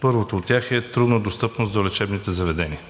Първото от тях е труднодостъпност до лечебните заведения.